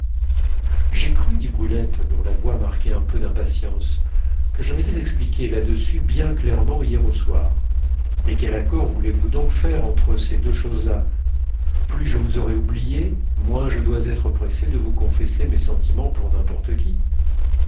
j'ai cru dit brulette dont la voix marquait un peu d'impatience que je m'étais expliquée là-dessus bien clairement hier au soir mais quel accord voulez-vous donc faire entre ces deux choses-là plus je vous aurai oublié moins je dois être pressée de vous confesser mes sentiments pour n'importe qui